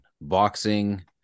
boxing